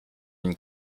une